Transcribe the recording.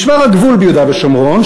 משמר הגבול ביהודה ושומרון,